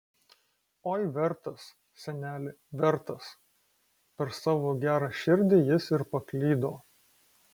oi vertas seneli vertas per savo gerą širdį jis ir paklydo